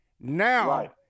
Now